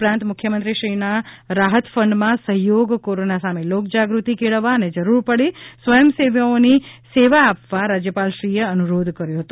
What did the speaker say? ઉપરાંત મુખ્યમંત્રીશ્રીઓના રાહત ફંડમાં સહયોગ કોરોના સામે લોકજાગૃતિ કેળવવા અને જરૂર પડ્યે સ્વયંસેવીઓની સેવા આપવા રાજ્યપાલશ્રીએ અનુરોધ કર્યો હતો